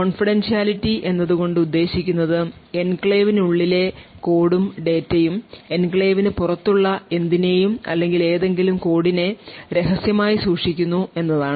confidentiality എന്നതുകൊണ്ട് ഉദ്ദേശിക്കുന്നത് എൻക്ലേവിനുള്ളിലെ കോഡും ഡാറ്റയും എൻക്ലേവിന് പുറത്തുള്ള എന്തിനെയും അല്ലെങ്കിൽ ഏതെങ്കിലും കോഡിനെ രഹസ്യമായി സൂക്ഷിക്കുന്നു എന്നതാണ്